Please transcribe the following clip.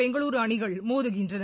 பெங்களூர் அணிகள் மோதுகின்றன